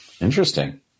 Interesting